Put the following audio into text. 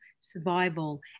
survival